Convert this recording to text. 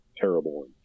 terrible